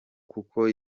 kuko